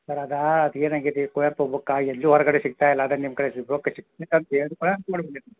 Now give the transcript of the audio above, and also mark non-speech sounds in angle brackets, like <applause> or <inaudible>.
sir ಅದು ಅದು ಏನಾಗೈತಿ ಕುವೆಂಪು ಬುಕ್ಕ ಎಲ್ಯೂ ಹೊರಗಡೆ ಸಿಗ್ತಾ ಇಲ್ಲ ಆದರೆ ನಿಮ್ಮ ಕಡೆ ಸಿಗೋಕ್ಕೆ <unintelligible>